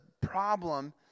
problem